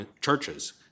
Churches